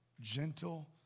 gentle